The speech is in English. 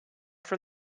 from